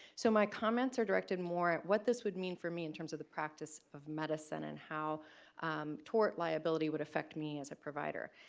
so my comments are directed more what this would mean for me in terms of the practice of medicine and how tort liability would affect me as a provider.